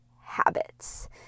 habits